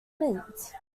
mint